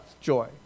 joy